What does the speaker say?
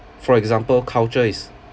for example culture is